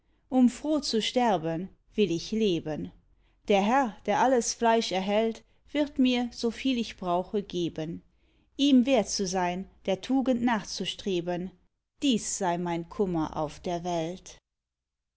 um froh zu sterben will ich leben der herr der alles fleisch erhält wird mir soviel ich brauche geben ihm wert zu sein der tugend nachzustreben dies sei mein kummer auf der welt